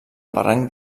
barranc